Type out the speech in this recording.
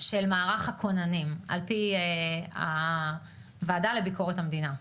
של מערך הכוננים על פי הוועדה לביקורת המדינה,